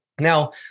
Now